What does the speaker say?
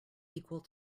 equal